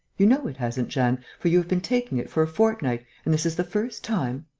you know it hasn't, jeanne, for you have been taking it for a fortnight and this is the first time.